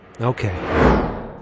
okay